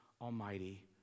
almighty